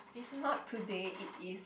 is not today it is